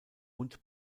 und